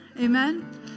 Amen